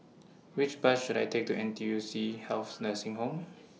Which Bus should I Take to N T U C Health Nursing Home